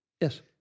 Yes